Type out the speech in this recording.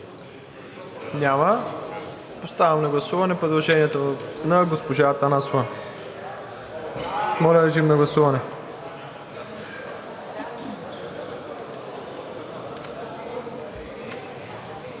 Няма. Поставям на гласуване предложението на госпожа Атанасова. Моля, режим на гласуване.